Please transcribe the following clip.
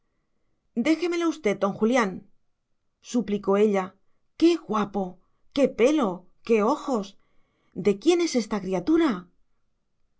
déjemelo usted don julián suplicó ella qué guapo qué pelo qué ojos de quién es esta criatura